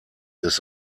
des